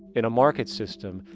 in a market system,